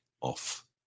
off